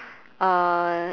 uh